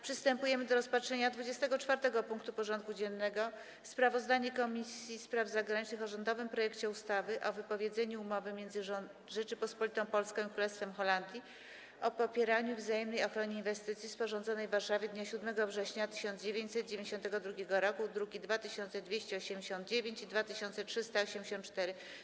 Przystępujemy do rozpatrzenia punktu 24. porządku dziennego: Sprawozdanie Komisji Spraw Zagranicznych o rządowym projekcie ustawy o wypowiedzeniu Umowy między Rzecząpospolitą Polską i Królestwem Holandii o popieraniu i wzajemnej ochronie inwestycji, sporządzonej w Warszawie dnia 7 września 1992 r. (druki nr 2289 i 2384)